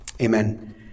amen